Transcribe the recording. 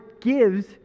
gives